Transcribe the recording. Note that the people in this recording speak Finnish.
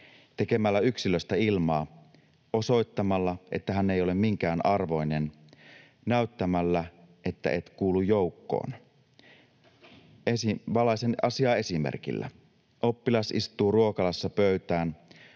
tekemällä yksilöstä ilmaa, osoittamalla, että hän ei ole minkään arvoinen, näyttämällä, että et kuulu joukkoon. Valaisen asiaa esimerkillä: Oppilas istuu ruokalassa pöytään.